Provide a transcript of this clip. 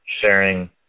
sharing